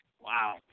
Wow